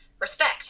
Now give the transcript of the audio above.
respect